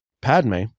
Padme